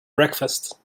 breakfast